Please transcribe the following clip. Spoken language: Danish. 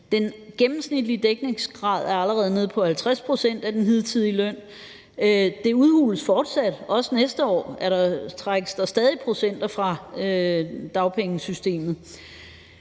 den gennemsnitlige dækningsgrad er allerede nede på 50 pct. af den hidtidige løn, og det udhules fortsat, også næste år trækkes der stadig procenter fra dagpengesystemet.